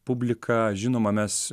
publika žinoma mes